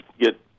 get